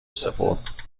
سپرد